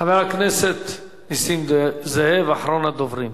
חבר הכנסת נסים זאב, אחרון הדוברים.